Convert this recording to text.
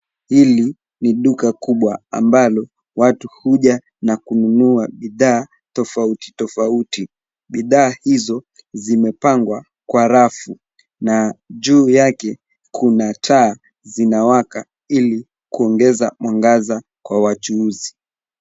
Hili ni duka kubwa ambalo watu huja na kununua bidhaa tofauti tofauti. Bidhaa hizo zimepangwa kwa rafu na juu yake kuna taa zinawaka ili kuongeza mwangaza kwa wachuuzi.